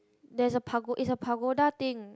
there is a it's a pagoda thing